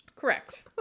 Correct